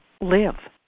live